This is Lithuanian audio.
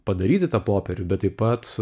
padaryti tą popierių bet taip pat